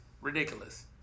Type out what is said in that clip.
Ridiculous